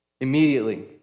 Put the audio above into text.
immediately